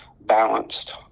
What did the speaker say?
balanced